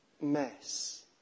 mess